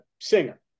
singer